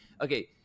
Okay